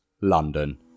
London